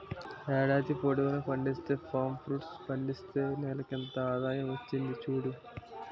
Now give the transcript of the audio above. ఏడాది పొడువునా పండే పామ్ ఫ్రూట్ పండిస్తే నెలకింత ఆదాయం వచ్చింది సూడు